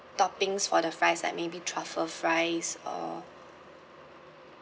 toppings for the fries like maybe truffle fries uh